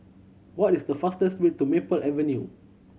what is the fastest way to Maple Avenue